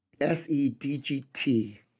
S-E-D-G-T